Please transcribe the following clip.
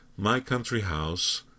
mycountryhouse